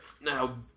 Now